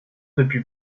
depuis